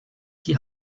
die